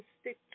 stick